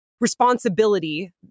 responsibility